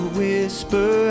whisper